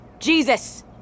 Jesus